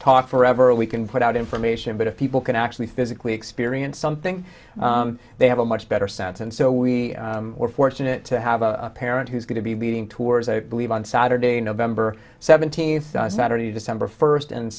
talk forever or we can put out information but if people can actually physically experience something they have a much better sense and so we were fortunate to have a parent who's going to be leading towards i believe on saturday november seventeenth on saturday december first and